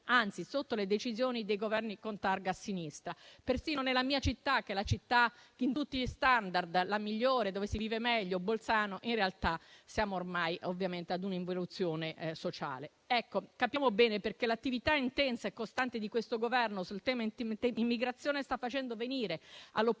anzi, sotto le decisioni dei Governi con targa a sinistra. Persino nella mia città, che secondo tutti gli *standard* è la migliore in cui vivere, Bolzano, in realtà siamo ormai a un'involuzione sociale. Capiamo bene perché l'attività intensa e costante di questo Governo sul tema immigrazione sta facendo venire all'opposizione